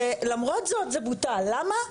ולמרות זאת זה בוטל, למה?